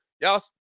Y'all –